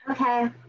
Okay